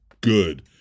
good